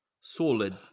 Solid